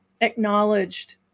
acknowledged